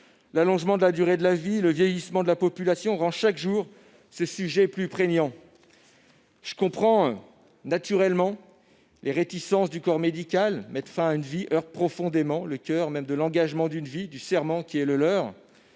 L'allongement de la durée de la vie et le vieillissement de la population rendent chaque jour ce sujet plus prégnant. Je comprends naturellement les réticences des membres du corps médical : mettre fin à une vie heurte profondément le coeur même de leur engagement professionnel et va à l'encontre